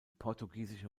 portugiesische